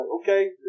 Okay